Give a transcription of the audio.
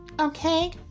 Okay